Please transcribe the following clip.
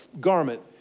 garment